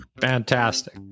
Fantastic